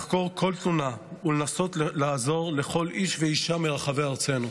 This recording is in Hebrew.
לחקור כל תלונה ולנסות לעזור לכל איש ואישה מרחבי ארצנו.